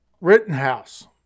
Rittenhouse